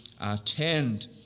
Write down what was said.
attend